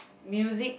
music